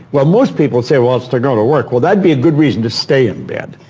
well, most people say, well it's to go to work. well that'd be a good reason to stay in bed.